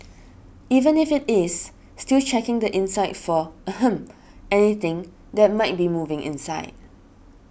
even if it is still check the inside for ahem anything that might be moving inside